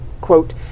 Quote